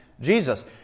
Jesus